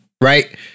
right